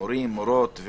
מורים, מורות,